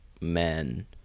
men